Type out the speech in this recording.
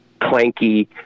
clanky